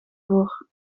voor